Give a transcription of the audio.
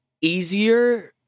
easier